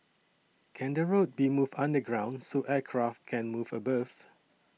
can the road be moved underground so aircraft can move above